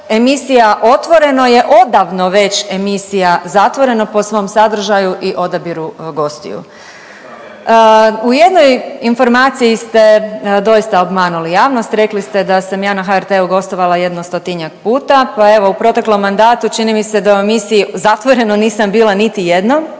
emisija Otvoreno je odavno već emisija zatvoreno po svom sadržaju i odabiru gostiju. U jednoj informaciji ste doista obmanuli javnost, rekli ste da sam ja na HRT-u gostovala jedno stotinjak puta pa evo u proteklom mandatu čini mi se da u emisiji zatvoreno nisam bila niti jednom,